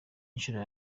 inshuro